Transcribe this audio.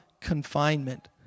confinement